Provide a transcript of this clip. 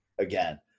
again